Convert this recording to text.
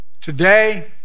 Today